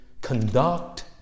conduct